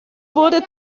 wurde